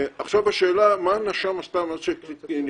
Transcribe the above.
השאלה מה עשתה נציבות שירות המדינה,